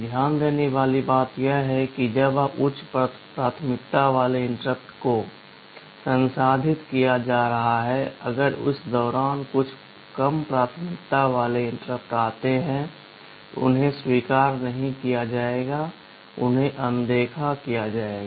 ध्यान देने वाली बात यह है कि जब उच्च प्राथमिकता वाले इंटरप्ट को संसाधित किया जा रहा है अगर इस दौरान कुछ कम प्राथमिकता वाले इंटरप्ट आते हैं उन्हें स्वीकार नहीं किया जाएगा उन्हें अनदेखा किया जाएगा